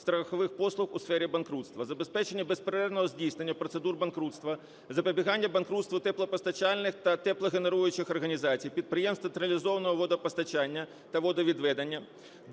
страхових послуг у сфері банкрутства, забезпечення безперервного здійснення процедур банкрутства, запобігання банкрутства теплопостачальних та теплогенеруючих організацій, підприємств централізованого водопостачання та водовідведення